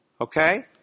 Okay